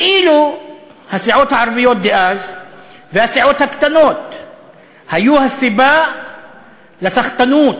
כאילו הסיעות הערביות דאז והסיעות הקטנות היו הסיבה לסחטנות,